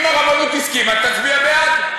אם הרבנות הסכימה, תצביע בעד.